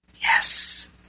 Yes